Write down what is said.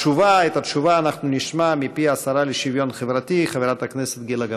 את התשובה נשמע מפי השרה לשוויון חברתי חברת הכנסת גילה גמליאל.